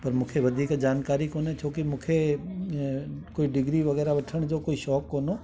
पर मूंखे वधीक जानकारी कोन्हे छो की मूंखे कोई डिग्री वग़ैरह वठण जो कोई शौक़ु कोनि हुओ